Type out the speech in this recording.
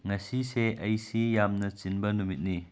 ꯉꯁꯤꯁꯦ ꯑꯩꯁꯤ ꯌꯥꯝꯅ ꯆꯤꯟꯕ ꯅꯨꯃꯤꯠꯅꯤ